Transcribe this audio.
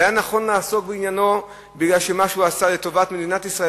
זה היה נכון לעסוק בעניינו בגלל מה שהוא עשה לטובת מדינת ישראל,